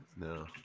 No